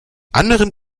anderen